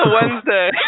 Wednesday